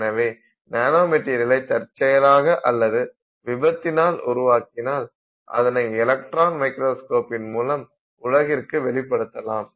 எனவே நானோ மெட்டீரியலை தற்செயலாக அல்லது விபத்தினால் உருவாக்கினால் அதனை எலக்ட்ரான் மைக்ரோஸ்கோப்பின் மூலம் உலகிற்கு வெளிப்படுத்தலாம்